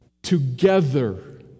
Together